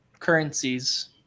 Currencies